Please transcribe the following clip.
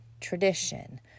tradition